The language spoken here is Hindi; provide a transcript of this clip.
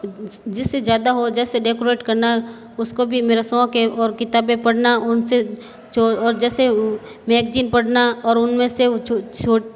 जिससे ज़्यादा हो जैसे डेकोरेट करना उसको भी मेरा शौक़ है और किताबें पढ़ना उनसे जो और जैसे मैगज़ीन पढ़ना और उनमें से